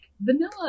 vanilla